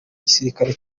gisirikare